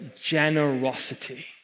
generosity